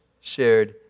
shared